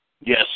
Yes